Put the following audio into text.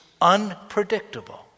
unpredictable